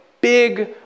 big